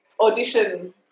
audition